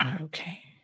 Okay